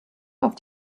auf